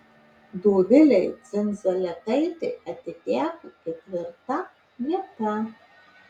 dovilei dzindzaletaitei atiteko ketvirta vieta